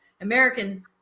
American